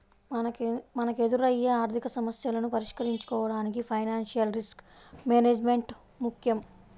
మనకెదురయ్యే ఆర్థికసమస్యలను పరిష్కరించుకోడానికి ఫైనాన్షియల్ రిస్క్ మేనేజ్మెంట్ ముక్కెం